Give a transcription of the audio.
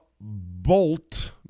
Bolt